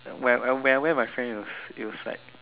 where where where my friends use it looks like